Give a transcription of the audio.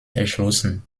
erschlossen